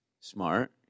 smart